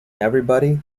everybody